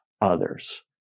others